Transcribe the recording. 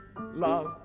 love